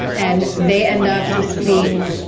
and they end up just being,